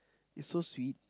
it's so sweet